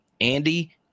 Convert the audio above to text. Andy